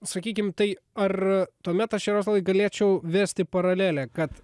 sakykim tai ar tuomet aš jaroslavai galėčiau vesti paralelę kad